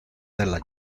della